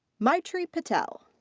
maitree patel.